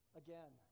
again